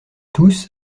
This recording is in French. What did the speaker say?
tous